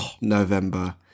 November